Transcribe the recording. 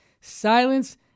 silence